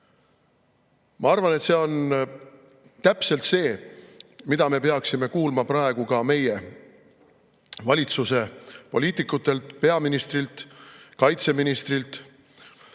Ma arvan, et see on täpselt see, mida peaksime kuulma praegu ka meie valitsuse poliitikutelt, peaministrilt ja kaitseministrilt, aga